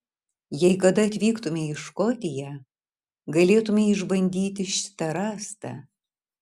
jei kada atvyktumei į škotiją galėtumei išbandyti šitą rąstą